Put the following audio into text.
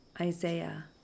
Isaiah